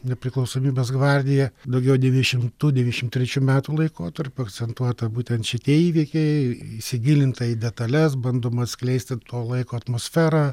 nepriklausomybės gvardija daugiau devyniašimtų devyniašim trečių metų laikotarpiu akcentuota būtent šitie įvykiai įsigilinta į detales bandoma atskleisti to laiko atmosferą